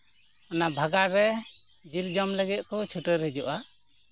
ᱚᱱᱟ ᱵᱷᱟᱜᱟᱲ ᱨᱮ ᱡᱤᱞ ᱡᱚᱢ ᱞᱟᱹᱜᱤᱫ ᱠᱚ ᱪᱷᱩᱰᱟᱹᱨ ᱦᱤᱡᱩᱜᱼᱟ